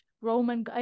Roman